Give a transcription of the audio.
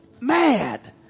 mad